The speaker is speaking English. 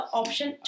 option